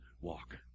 walk